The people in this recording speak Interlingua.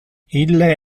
ille